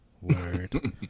word